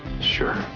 Sure